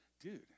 dude